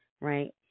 right